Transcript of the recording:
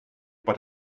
but